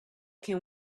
can